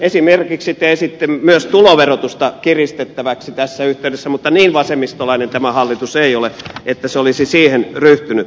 esimerkiksi te esititte myös tuloverotusta kiristettäväksi tässä yhteydessä mutta niin vasemmistolainen tämä hallitus ei ole että se olisi siihen ryhtynyt